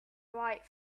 right